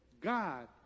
God